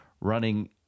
running